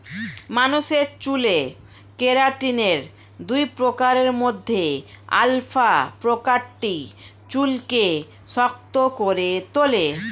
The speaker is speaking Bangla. মানুষের চুলে কেরাটিনের দুই প্রকারের মধ্যে আলফা প্রকারটি চুলকে শক্ত করে তোলে